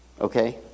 Okay